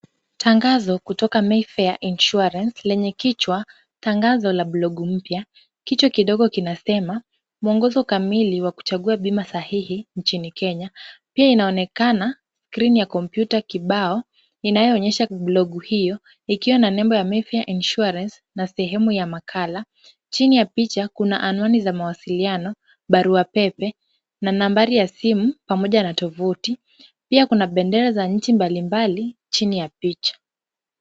Tangazo kutoka Mayfair Insurance lenye kichwa, tangazo la blogu mpya. Kichwa kidogo kinasema, mwongozo kamili wa kuchagua bima sahihi nchini Kenya. Pia inaonekana skrini ya kompyuta kibao inayoonyesha blogu hiyo ikiwa na nembo ya Mayfair Insurance na sehemu ya makala. Chini ya picha kuna anwani za mawasiliano, barua pepe na nambari ya simu pamoja na tovuti. Pia kuna bendera za nchi mbalimbali chini ya picha.